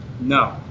No